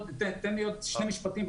תן לי עוד שני משפטים.